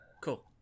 Cool